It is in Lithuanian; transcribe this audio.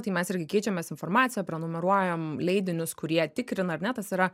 tai mes irgi keičiamės informacija prenumeruojam leidinius kurie tikrina ar ne tas yra